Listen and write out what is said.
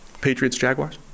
Patriots-Jaguars